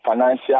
financial